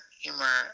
humor